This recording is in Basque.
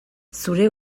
zure